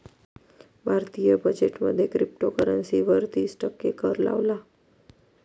भारतीय बजेट मध्ये क्रिप्टोकरंसी वर तिस टक्के कर लावला